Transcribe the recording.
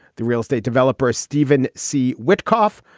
the real estate developer, steven c. wycoff,